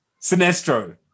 Sinestro